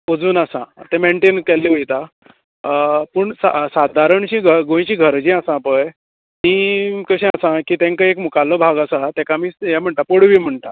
अजून आसा तें मॅन्टेन केल्ले वयता पूण सा साधारणशीं गोंयचीं घरां आसा पय तीं कशीं आसा जाणा की तांकां एक मुखारलो भाग आसा तेका आमी हे म्हणटा पडवीं म्हणटा